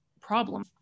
problem